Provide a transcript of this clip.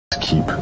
Keep